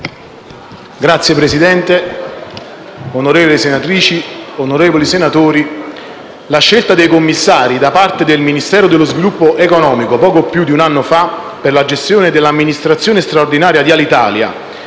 Signor Presidente, onorevoli senatrici, onorevoli senatori, la scelta dei commissari da parte del Ministero dello sviluppo economico poco più di un anno fa per la gestione dell'amministrazione straordinaria dell'Alitalia